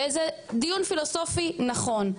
וזה דיון פילוסופי נכון.